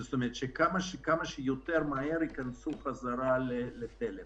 זאת אומרת שייכנסו כמה שיותר מהר חזרה לתלם.